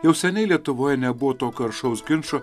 jau seniai lietuvoje nebuvo tokio aršaus ginčo